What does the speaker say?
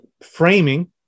framing